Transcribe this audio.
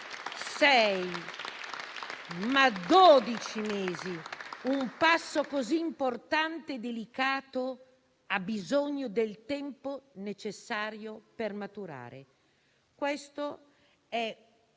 sei, ma dodici mesi. Un passo così importante è delicato e ha bisogno del tempo necessario per maturare». Questo articolo